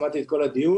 שמעתי את כל הדיון.